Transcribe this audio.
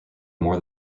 more